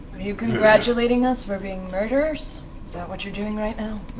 you congratulating us for being murderers? is that what you're doing right now?